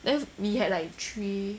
then we had like three